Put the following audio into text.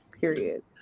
period